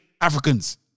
Africans